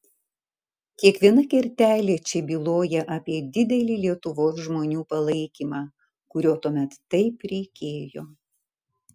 kiekviena kertelė čia byloja apie didelį lietuvos žmonių palaikymą kurio tuomet taip reikėjo